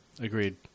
Agreed